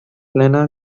lenna